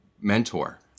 mentor